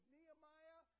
Nehemiah